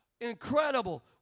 incredible